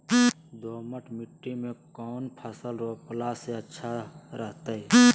दोमट मिट्टी में कौन फसल रोपला से अच्छा रहतय?